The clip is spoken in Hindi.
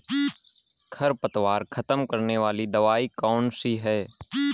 खरपतवार खत्म करने वाली दवाई कौन सी है?